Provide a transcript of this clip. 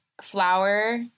flower